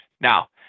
Now